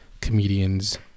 comedians